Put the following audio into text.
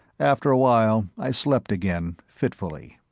after awhile i slept again, fitfully.